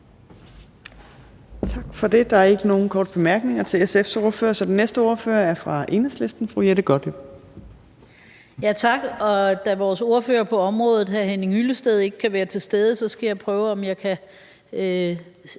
Tak for det. Der er ikke nogen korte bemærkninger til SF's ordfører, så den næste ordfører er fra Enhedslisten, fru Jette Gottlieb. Kl. 14:20 (Ordfører) Jette Gottlieb (EL): Tak. Da vores ordfører på området, hr. Henning Hyllested, ikke kan være til stede, skal jeg prøve, om jeg kan